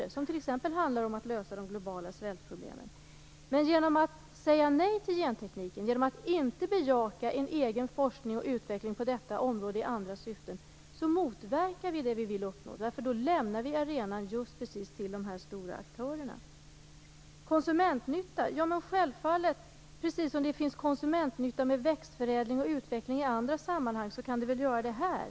Det handlar t.ex. att lösa de globala svältproblemen. Genom att säga nej till gentekniken och inte bejaka en egen forskning och utveckling på detta område i andra syften motverkar vi det vi vill uppnå. Då lämnar vi just precis arenan till de stora aktörerna. Det talades om konsumentnytta. Det är självfallet. Precis som det finns konsumentnytta med växtförädling och utveckling i andra sammanhang kan det väl göra det här?